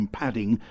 padding